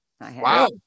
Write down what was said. Wow